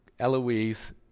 Eloise